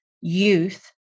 youth